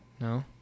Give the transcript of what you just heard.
No